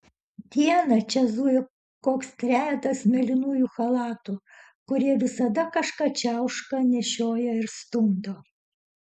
dieną čia zuja koks trejetas mėlynųjų chalatų kurie visada kažką čiauška nešioja ir stumdo